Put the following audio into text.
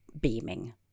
beaming